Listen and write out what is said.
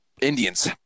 Indians